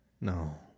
No